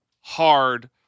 hard